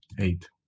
eight